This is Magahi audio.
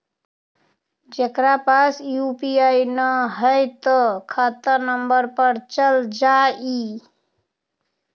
जेकरा पास यू.पी.आई न है त खाता नं पर चल जाह ई?